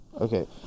Okay